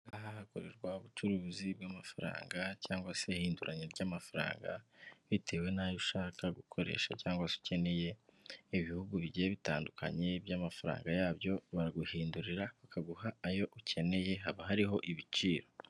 Aha hakorerwa ubucuruzi bw'amafaranga cyangwa se ihinduranya ry'amafaranga bitewe n'ayo ushaka gukoresha cyangwa se ukeneye, ibihugu bigiye bitandukanye by'amafaranga yabyo baraguhindurira bakaguha ayo ukeneye haba hariho ibiciro.